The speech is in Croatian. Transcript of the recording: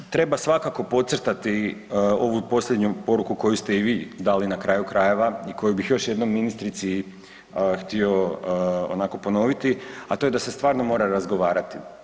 Treba svakako podcrtati ovu posljednju poruku koju ste i vi dali na kraju krajeva i koju bih još jednom ministrici htio onako ponoviti, a to je da se stvarno mora razgovarati.